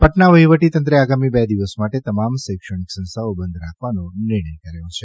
પટના વહીવટીતંત્રે આગામી બે દિવસ માટે તમામ શૈક્ષણિક સંસ્થાઓ બંધ રાખવાનો નિર્ણય કર્યો છે